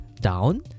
down